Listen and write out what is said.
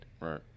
Right